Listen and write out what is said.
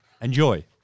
Enjoy